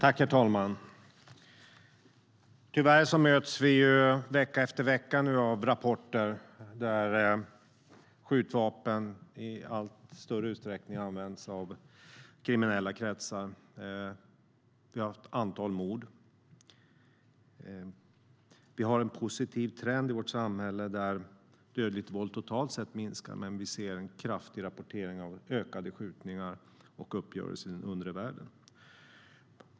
Herr talman! Tyvärr möts vi nu vecka efter vecka av rapporter om att skjutvapen i allt större utsträckning används i kriminella kretsar. Det har skett ett antal mord. Vi har en positiv trend i vårt samhälle mot att dödligt våld totalt sett minskar, men vi ser en kraftig ökning av skjutningar och uppgörelser i den undre världen.